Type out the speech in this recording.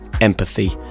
empathy